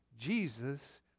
Jesus